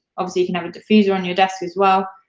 obviously, you can have a diffuser on your desk as well,